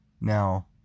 Now